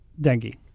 dengue